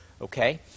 Okay